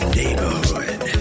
neighborhood